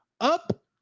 Up